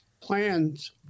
plans